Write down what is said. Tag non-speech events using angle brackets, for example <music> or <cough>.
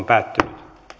<unintelligible> päättynyt